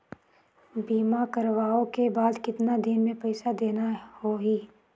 बीमा करवाओ के बाद कतना दिन मे पइसा देना हो ही?